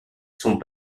sont